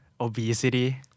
Obesity